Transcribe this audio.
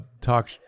talk